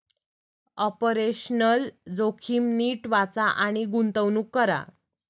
operational जोखीम नीट वाचा आणि गुंतवणूक करा